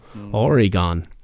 Oregon